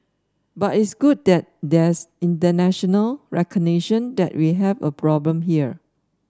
but it's good that there's international recognition that we have a problem here